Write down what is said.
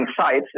sites